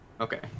Okay